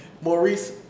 maurice